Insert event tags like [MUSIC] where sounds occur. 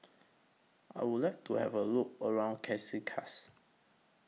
I Would like to Have A Look around [UNINTELLIGIBLE]